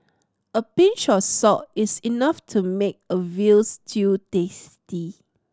a pinch of salt is enough to make a veal stew tasty